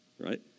Right